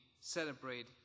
celebrate